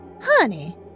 Honey